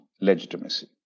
legitimacy